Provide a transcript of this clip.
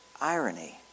irony